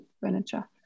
furniture